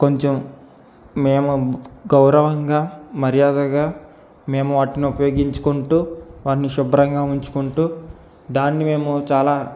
కొంచెం మేము గౌరవంగా మర్యాదగా మేము వాటిని ఉపయోగించుకుంటూ వాటిని శుభ్రంగా ఉంచుకుంటూ దాన్ని మేము చాలా